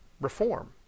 reform